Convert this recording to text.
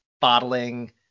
bottling